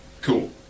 Cool